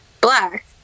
black